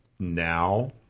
now